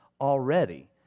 already